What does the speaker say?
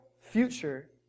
future